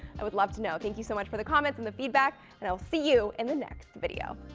i would love to know. thank you so much for the comments and the feedback, and i'll see you in the next video.